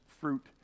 fruit